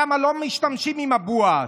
שלא משתמשים בבואש,